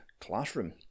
classroom